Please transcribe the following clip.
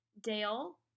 Dale